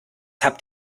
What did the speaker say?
habt